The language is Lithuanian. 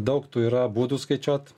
daug tų yra būdų skaičiuot